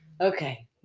Okay